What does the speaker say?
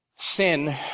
Sin